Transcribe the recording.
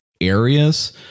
areas